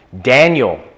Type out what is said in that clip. Daniel